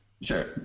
Sure